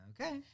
Okay